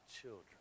children